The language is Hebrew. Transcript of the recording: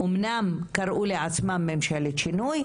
אמנם קראו הם לעצמם "ממשלת השינוי",